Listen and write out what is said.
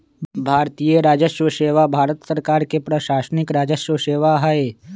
भारतीय राजस्व सेवा भारत सरकार के प्रशासनिक राजस्व सेवा हइ